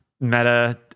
meta-